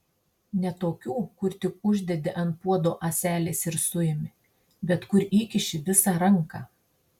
ne tokių kur tik uždedi ant puodo ąselės ir suimi bet kur įkiši visą ranką